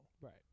Right